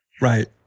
Right